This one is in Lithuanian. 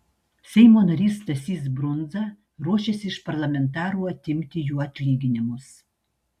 seimo narys stasys brundza ruošiasi iš parlamentarų atimti jų atlyginimus